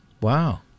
Wow